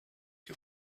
you